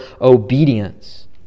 obedience